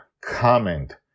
Comment